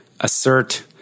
assert